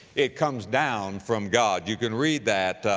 it comes down from god. you can read that,